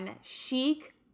Chic